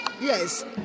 Yes